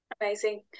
Amazing